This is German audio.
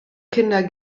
kinder